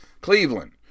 Cleveland